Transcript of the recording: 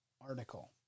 article